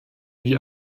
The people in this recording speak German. wie